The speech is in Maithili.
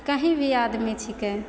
कहीँभी आदमी छिकै